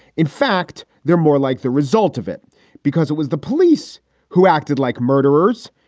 in fact, they're more like the result of it because it was the police who acted like murderers.